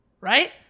right